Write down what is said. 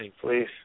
Please